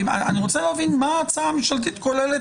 אני רוצה להבין מה ההצעה הממשלתית כוללת.